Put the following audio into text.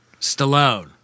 Stallone